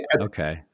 okay